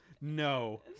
No